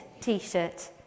t-shirt